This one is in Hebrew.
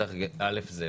ראשית זה,